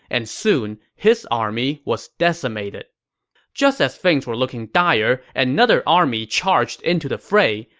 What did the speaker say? and soon his army was decimated just as things were looking dire, another army charged into the fray.